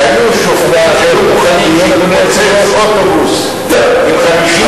שהיו שופטים שהיו מוכנים שיתפוצץ אוטובוס עם 50,